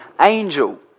angel